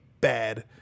bad